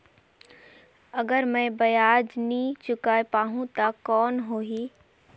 अगर मै ब्याज नी चुकाय पाहुं ता कौन हो ही?